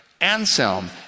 Anselm